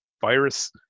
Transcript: virus